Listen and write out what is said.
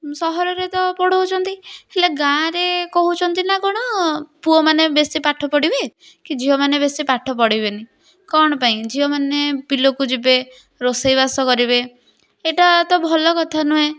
ସହରରେ ତ ପଢ଼ାଉଛନ୍ତି ହେଲେ ଗାଁରେ କହୁଛନ୍ତି ନା କ'ଣ ପୁଅମାନେ ବେଶୀ ପାଠ ପଢିବେ କି ଝିଅମାନେ ବେଶୀ ପାଠ ପଢ଼ିବେନି କ'ଣ ପାଇଁ ଝିଅ ମାନେ ବିଲକୁ ଯିବେ ରୋଷେଇବାସ କରିବେ ଏଇଟା ତ ଭଲ କଥା ନୁହେଁ